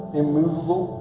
immovable